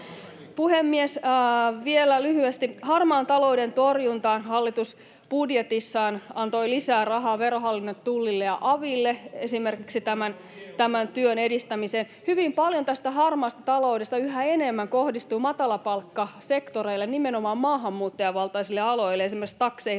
Puhemies! Vielä lyhyesti. Harmaan talouden torjuntaan hallitus budjetissaan antoi lisää rahaa Verohallinnolle, Tullille ja aville esimerkiksi tämän työn edistämiseen. Hyvin paljon, yhä enemmän, tästä harmaasta taloudesta kohdistuu matalapalkkasektorille, nimenomaan maahanmuuttajavaltaisille aloille, esimerkiksi takseihin,